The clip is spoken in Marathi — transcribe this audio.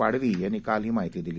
पाडवी यांनी काल ही माहिती दिली